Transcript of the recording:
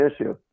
issue